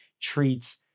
treats